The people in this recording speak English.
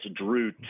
drew